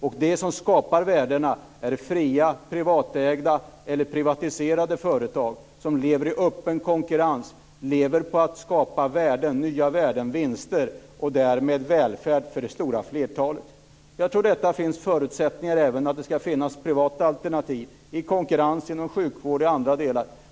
Och det som skapar värdena är fria privatägda eller privatiserade företag som lever i öppen konkurrens och på att skapa nya värden, vinster, och därmed välfärd för det stora flertalet. Jag tror att det finns förutsättningar för att det ska finnas även privata alternativ i konkurrens inom sjukvård och i andra delar.